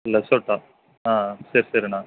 லெசோட்டா ஆ ஆ சரி சரிண்ணா